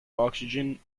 oxygen